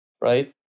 right